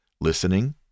listening